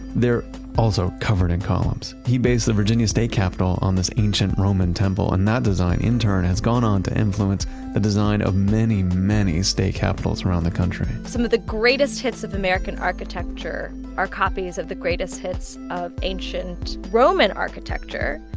they're also covered in columns. he based the virginia state capitol on this ancient roman temple and that design, in turn, has gone on to influence the design of many, many state capitols around the country some of the greatest hits of american architecture are copies of the greatest hits of ancient roman architecture,